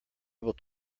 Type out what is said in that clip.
able